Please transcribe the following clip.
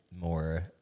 more